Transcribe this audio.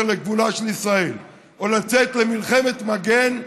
לגבולה של ישראל או לצאת למלחמת מגן,